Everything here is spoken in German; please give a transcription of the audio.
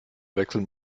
wechseln